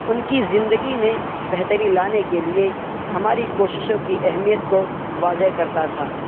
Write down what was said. ان کی زندگی میں بہتری لانے کے لیے ہماری کوششوں کی اہمیت کو واضح کرتا تھا